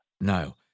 No